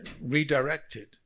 redirected